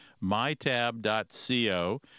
mytab.co